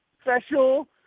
special